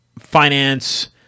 finance